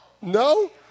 No